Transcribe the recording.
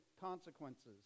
consequences